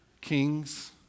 kings